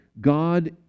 God